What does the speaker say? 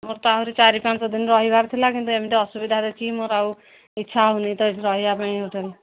ମୋର ତ ଆହୁରି ଚାରି ପାଞ୍ଚ ଦିନ ରହିବାର ଥିଲା କିନ୍ତୁ ଏମିତି ଅସୁବିଧା ଦେଖିକି ମୋର ଆଉ ଇଚ୍ଛା ହେଉନି ତ ରହିବା ପାଇଁ ଟୋଟାଲି